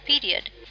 period